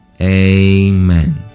Amen